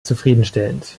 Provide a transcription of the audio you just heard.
zufriedenstellend